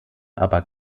aber